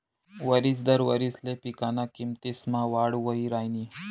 वरिस दर वारिसले पिकना किमतीसमा वाढ वही राहिनी